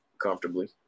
comfortably